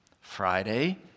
Friday